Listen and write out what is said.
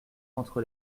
entre